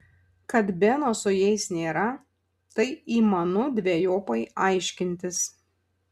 kad beno su jais nėra tai įmanu dvejopai aiškintis